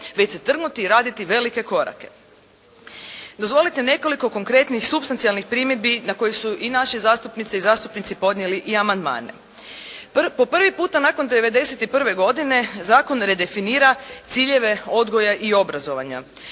već se trgnuti i raditi velike korake. Dozvolite nekoliko konkretnih supstancijalnih primjedbi na koje su i naši zastupnice i zastupnici podnijeli i amandmane. Po prvi puta nakon '91. godine zakon redefinira ciljeve odgoja i obrazovanja.